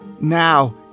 Now